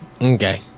okay